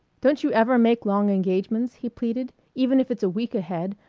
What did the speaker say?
don't you ever make long engagements? he pleaded, even if it's a week ahead,